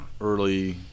early